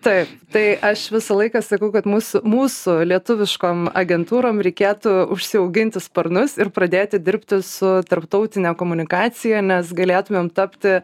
taip tai aš visą laiką sakau kad mūsų mūsų lietuviškom agentūrom reikėtų užsiauginti sparnus ir pradėti dirbti su tarptautine komunikacija nes galėtumėm tapti